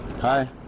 Hi